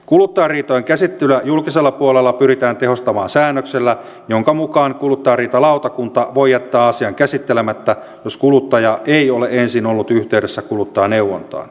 kuluttajariitojen käsittelyä julkisella puolella pyritään tehostamaan säännöksellä jonka mukaan kuluttajariitalautakunta voi jättää asian käsittelemättä jos kuluttaja ei ole ensin ollut yhteydessä kuluttajaneuvontaan